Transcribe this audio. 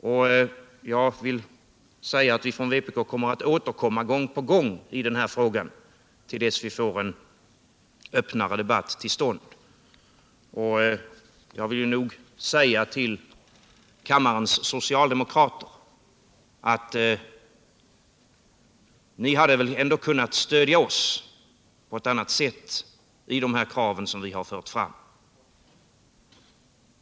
Jag lovar att vi som tillhör vänsterpartiet kommunisterna skall återkomma gång på gång i den här frågan, ända till dess vi får en öppnare debatt till stånd! Jag vill också säga till kammarens socialdemokrater att ni väl ändå hade bort stödja oss på ett annat sätt i de krav som vi fört fram.